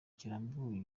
kirambuye